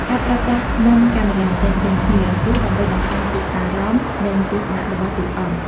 ការប្រើប្រាស់មុំកាមេរ៉ាផ្សេងៗគ្នា គឺដើម្បីបង្ហាញពីអារម្មណ៍ និងទស្សនៈរបស់តួអង្គ។